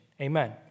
Amen